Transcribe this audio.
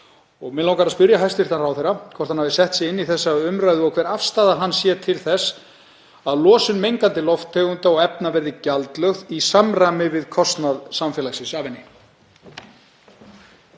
Mig langar að spyrja hæstv. ráðherra hvort hann hafi sett sig inn í þessa umræðu og hver afstaða hans sé til þess að losun mengandi lofttegunda og efna verði gjaldlögð í samræmi við kostnað samfélagsins